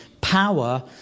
power